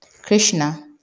Krishna